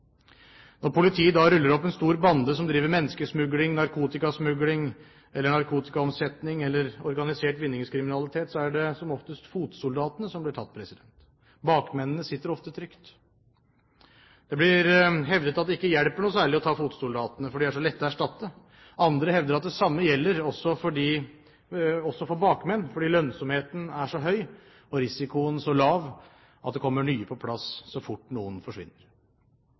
Når politiet ruller opp en stor bande som driver med menneskesmugling, narkotikasmugling, narkotikaomsetning eller organisert vinningskriminalitet, er det som oftest fotsoldatene som blir tatt. Bakmennene sitter ofte trygt. Det blir hevdet at det ikke hjelper noe særlig å ta fotsoldatene, for de er så lette å erstatte. Andre hevder at det samme gjelder for bakmenn, fordi lønnsomheten er så høy og risikoen så lav at det kommer nye på plass så fort noen forsvinner.